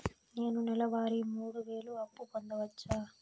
నేను నెల వారి మూడు వేలు అప్పు పొందవచ్చా?